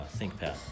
ThinkPad